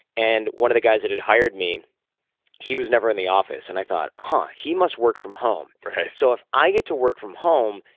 and one of the guys that had hired me he was never in the office. and i thought, huh. he must work from home. so if i get to work from home,